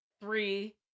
three